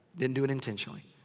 didn't do it intentionally.